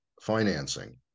financing